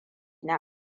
na